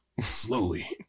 slowly